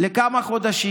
לכמה חודשים.